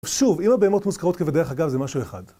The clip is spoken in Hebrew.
ושוב, אם הבהמות מוזכרות כבדרך אגב זה משהו אחד